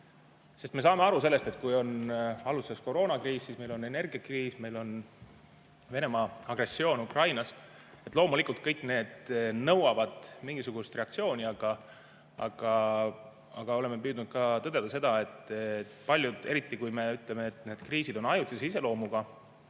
Me saame aru sellest, et kui on alguses koroonakriis, on energiakriis, on Venemaa agressioon Ukrainas, siis loomulikult kõik need nõuavad mingisugust reaktsiooni. Aga oleme püüdnud tõdeda seda, et eriti kui me ütleme, et need kriisid on ajutise iseloomuga,